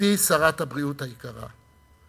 גברתי שרת הבריאות היקרה,